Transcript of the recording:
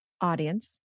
audience